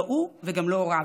לא הוא וגם לא הוריו.